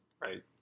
Right